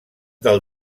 del